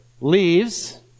leaves